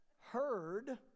heard